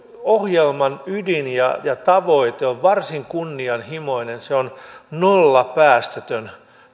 ohjelman ydin ja ja tavoite on varsin kunnianhimoinen se on nollapäästöinen